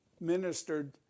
ministered